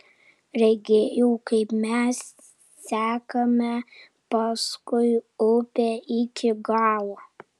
regėjau kaip mes sekame paskui upę iki galo